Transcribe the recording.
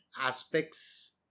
aspects